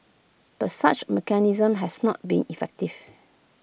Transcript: but such A mechanism has not been effective